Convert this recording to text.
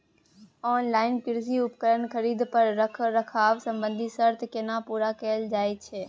Online कृषि उपकरण खरीद पर रखरखाव संबंधी सर्त केना पूरा कैल जायत छै?